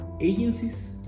agencies